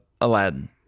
Aladdin